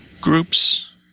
groups